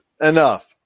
Enough